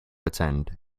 attend